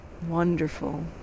wonderful